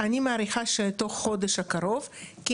אני מעריכה שבחודש הקרוב, כי